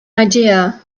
idea